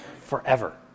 forever